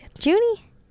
Junie